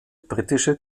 britische